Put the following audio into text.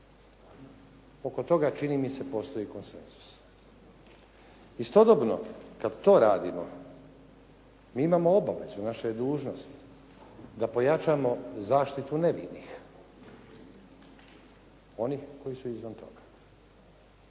Oko toga čini mi se postoji konsenzus. Istodobno kad to radimo, mi imamo obavezu, naša je dužnost da pojačamo zaštitu nevinih, onih koji su izvan toga.